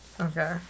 Okay